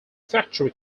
factory